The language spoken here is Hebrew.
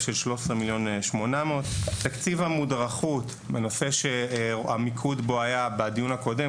של 13,800,000. תקציב המודרכות בנושא שהמיקוד בו היה בדיון הקודם,